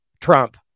Trump